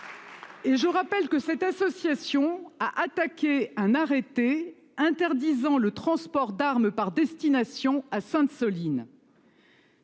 ! Je rappelle que cette association a attaqué un arrêté interdisant le transport d'armes par destination à Sainte-Soline.